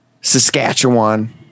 saskatchewan